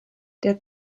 der